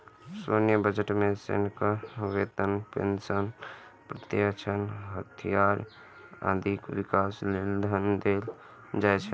सैन्य बजट मे सेनाक वेतन, पेंशन, प्रशिक्षण, हथियार, आदिक विकास लेल धन देल जाइ छै